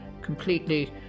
completely